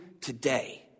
today